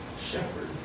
shepherd